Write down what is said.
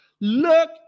look